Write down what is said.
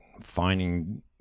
finding